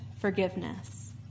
forgiveness